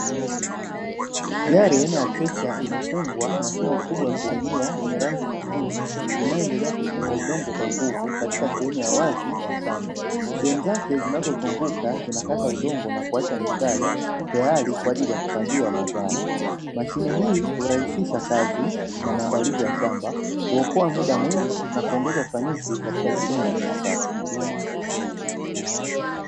Gari aina ya trekta, limefungwa mashine kubwa ya kulimia lenye rangi nyekundu, inayoendelea kuchimba udongo kwa nguvu katika sehemu ya wazi ya shamba. Sehemu zake zinazozunguka zinakata udongo na kuacha mistari tayari kwa kupandia mazao. Mashine hii hurahisisha kazi na maandalizi ya shamba, kuokoa muda mwingi na kuongeza ufanisi katika kilimo cha kisasa.